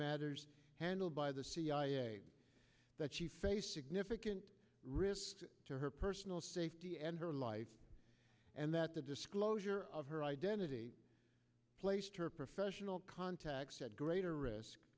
matters handled by the cia that she faced significant risks to her personal safety and her life and that the disclosure of her identity placed her professional contacts at greater risk